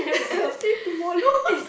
say tomollow